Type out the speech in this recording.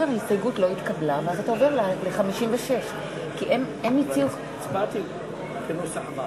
אם כן, רבותי, להלן תוצאות ההצבעה.